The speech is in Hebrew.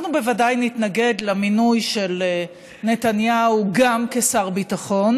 אנחנו בוודאי נתנגד למינוי של נתניהו גם כשר ביטחון,